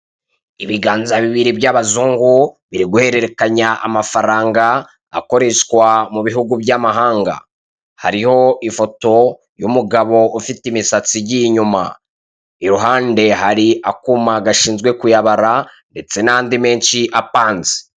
Ibiganza bibiri by'abazungu biri guhererekanya amafaranga, akoreshwa mu bihugu by'amahanga. Hariho ifoto y'umugabo ufite imisatsi igiye inyuma. Iruhande hari akuma gashinzwe kuyabara, ndetse n'andi menshi apanze.